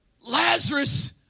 Lazarus